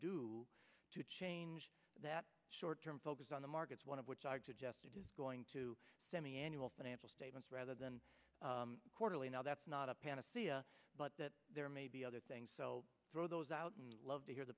do to change that short term focus on the markets one of which i've suggested is going to semi annual financial statements rather than quarterly now that's not a panacea but that there may be other things throw those out and love to hear the